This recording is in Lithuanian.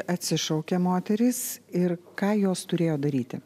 atsišaukė moterys ir ką jos turėjo daryti